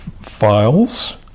Files